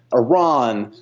iran,